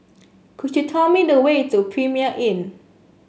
could you tell me the way to Premier Inn